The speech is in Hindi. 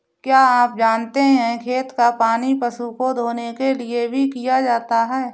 क्या आप जानते है खेत का पानी पशु को धोने के लिए भी किया जाता है?